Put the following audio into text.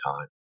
time